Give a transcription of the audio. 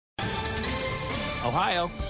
Ohio